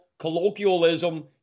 colloquialism